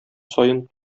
саен